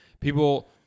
People